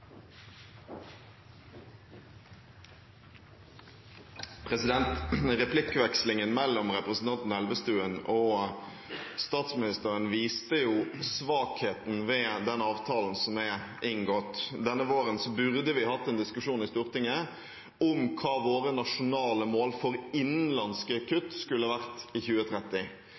inngått. Denne våren burde vi hatt en diskusjon i Stortinget om hva våre nasjonale mål for innenlandske